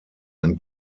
ein